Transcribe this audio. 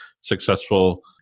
successful